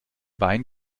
bein